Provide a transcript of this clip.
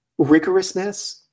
rigorousness